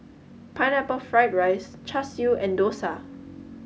Pineapple Fried Rice Char Siu and Dosa